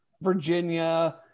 Virginia